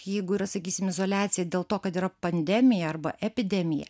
jeigu yra sakysim izoliacija dėl to kad yra pandemija arba epidemija